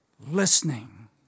listening